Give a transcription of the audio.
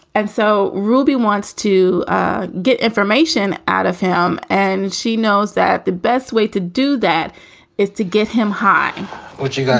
and so ruby wants to get information out of him. and she knows that the best way to do that is to get him high when she got